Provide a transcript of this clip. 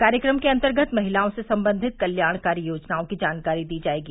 कार्यक्रम के अन्तर्गत महिलाओं से संबंधित कल्याणकारी योजनाओं की जानकारी दी जायेगी